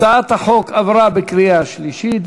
הצעת החוק עברה בקריאה שלישית,